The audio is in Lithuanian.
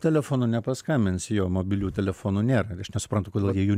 telefonu nepaskambins jo mobilių telefonų nėra aš nesuprantu kodėl jie jų